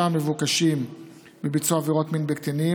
שאין סיווג בחוק העונשין,